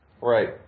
Right